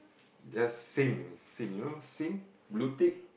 just seen only seen you know seen blue tick